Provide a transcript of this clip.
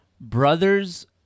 brother's